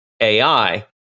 AI